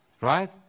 Right